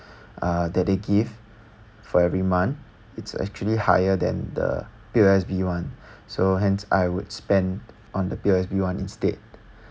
uh that they give for every month it's actually higher than the P_O_S_B one so hence I would spend on the P_O_S_B instead